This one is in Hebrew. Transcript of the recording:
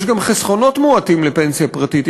יש גם חסכונות מועטים לפנסיה פרטית,